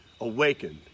awakened